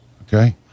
Okay